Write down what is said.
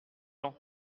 lent